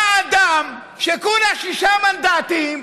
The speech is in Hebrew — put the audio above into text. בא אדם, עם כולה שישה מנדטים,